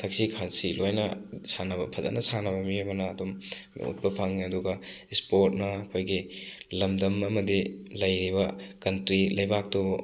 ꯊꯛꯁꯤ ꯈꯥꯁꯤ ꯂꯣꯏꯅ ꯁꯥꯟꯅꯕ ꯐꯖꯅ ꯁꯥꯟꯅꯕ ꯃꯤ ꯑꯃꯅ ꯑꯗꯨꯝ ꯎꯠꯄ ꯐꯪꯉꯤ ꯑꯗꯨꯒ ꯁ꯭ꯄꯣꯔꯠꯅ ꯑꯩꯈꯣꯏꯒꯤ ꯂꯝꯗꯝ ꯑꯃꯗꯤ ꯂꯩꯔꯤꯕ ꯀꯟꯇ꯭ꯔꯤ ꯂꯩꯕꯥꯛꯇꯨ